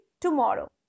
tomorrow